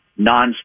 nonstop